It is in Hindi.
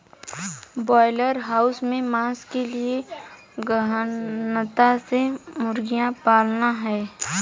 ब्रॉयलर हाउस में मांस के लिए गहनता से मुर्गियां पालना है